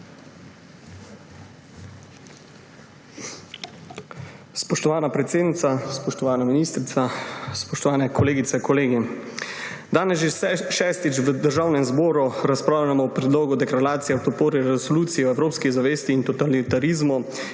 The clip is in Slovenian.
Spoštovana predsednica, spoštovana ministrica, spoštovane kolegice, kolegi! Danes že šestič v Državnem zboru razpravljamo o Predlogu deklaracije o podpori Resoluciji o evropski zavesti in totalitarizmu,